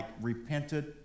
repented